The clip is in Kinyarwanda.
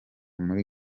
muri